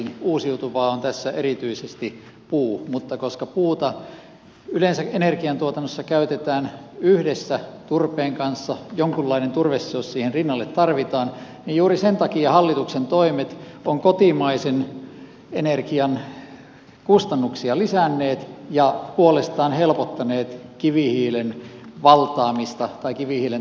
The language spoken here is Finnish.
uusiutuvaa on tässä erityisesti puu mutta koska puuta yleensä energiantuotannossa käytetään yhdessä turpeen kanssa jonkunlainen turveseos siihen rinnalle tarvitaan niin juuri sen takia hallituksen toimet ovat kotimaisen energian kustannuksia lisänneet ja puolestaan helpottaneet kivihiilen tuloa suomen markkinoille